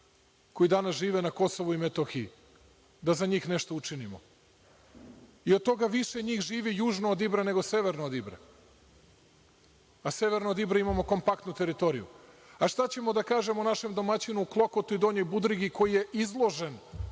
koji danas žive na KiM da za njih nešto učinimo i od toga više njih žive južno od Ibra nego severno od Ibra, a severno od Ibra imamo kompaktnu teritoriju. A šta ćemo da kažemo našem domaćinu u Klokotu i Donjoj Budrigi koji je izložen